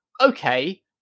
Okay